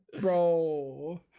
bro